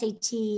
SAT